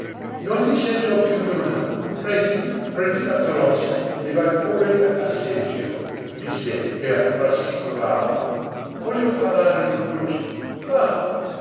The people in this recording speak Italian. non mi sento più nulla prendi prendi la carrozza e vai pure a passeggio disse per rassicurarla voglio parlare con lucio va